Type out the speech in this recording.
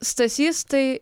stasys tai